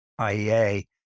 IEA